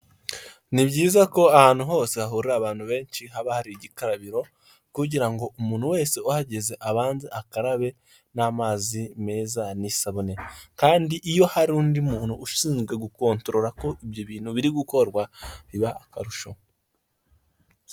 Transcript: Ni byiza ko ahantu hose hahurira abantu benshi haba hari igikarabiro kugira ngo umuntu wese uhageze abanze akarabe n'amazi meza ni isabune, kandi iyo hari undi muntu ushinzwe gukontorora ko ibyo bintu biri gukorwa biba akarusho.